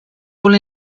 gol